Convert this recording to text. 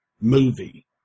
movie